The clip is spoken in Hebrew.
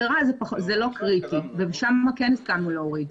מספרה זה לא קריטי ושם כן הסכמנו להוריד.